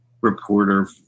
reporter